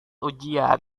ujian